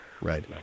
Right